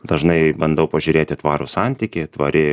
dažnai bandau pažiūrėti tvarų santykį tvari